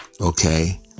Okay